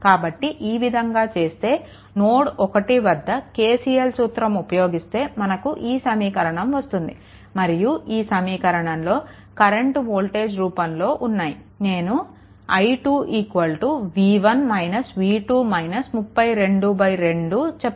కాబట్టి ఈ విధంగా చేస్తే నోడ్1 వద్ద KCL సూత్రం ఉపయోగిస్తే మనకు ఈ సమీకరణం వస్తుంది మరియు ఈ సమీకరణంలో కరెంట్లు వోల్టేజ్ రూపంలో ఉన్నాయి నేను i2 2 చెప్పాను